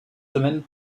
semaines